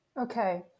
Okay